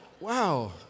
wow